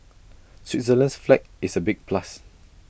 Switzerland's flag is A big plus